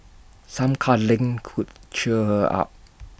some cuddling could cheer her up